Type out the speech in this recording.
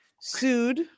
sued